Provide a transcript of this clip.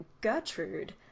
gertrude